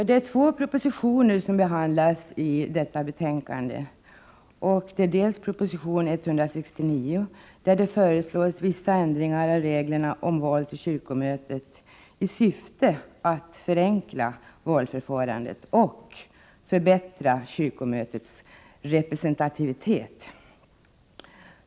Herr talman! I detta betänkande behandlas två propositioner. I proposition 169 föreslår man vissa ändringar av reglerna om val till kyrkomötet i syfte att förenkla valförfarandet och förbättra kyrkomötets representativitet.